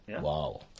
Wow